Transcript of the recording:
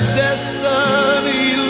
destiny